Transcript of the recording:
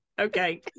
okay